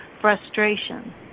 frustration